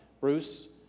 Bruce